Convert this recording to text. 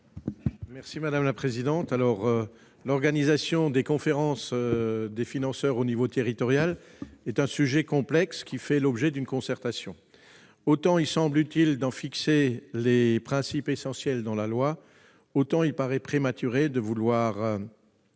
l'avis de la commission ? L'organisation des conférences des financeurs au niveau territorial est un sujet complexe, qui fait l'objet d'une concertation. Autant il semble utile d'en fixer les principes essentiels dans la loi, autant il apparaît prématuré de prévoir